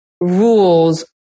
rules